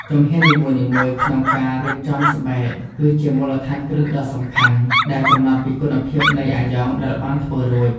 ជំហាននីមួយៗក្នុងការរៀបចំស្បែកគឺជាមូលដ្ឋានគ្រឹះដ៏សំខាន់ដែលកំណត់ពីគុណភាពនៃអាយ៉ងដែលបានធ្វើរួច។